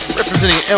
representing